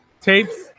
Tapes